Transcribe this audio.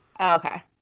Okay